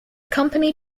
company